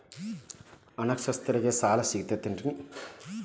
ಅನಕ್ಷರಸ್ಥರಿಗ ಸಾಲ ಸಿಗತೈತೇನ್ರಿ?